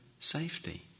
Safety